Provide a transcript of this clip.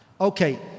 Okay